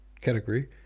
category